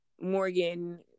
Morgan